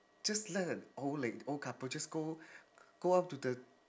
just let a old lad~ old couple just go go up to the